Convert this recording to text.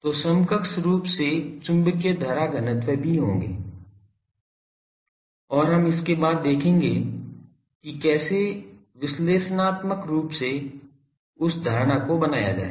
तो समकक्ष रूप से चुंबकीय धारा घनत्व भी होंगे और हम इसके बाद देखेंगे कि कैसे विश्लेषणात्मक रूप से उस धारणा को बनाया जाए